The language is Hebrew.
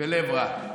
ולב רע".